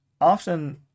often